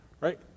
right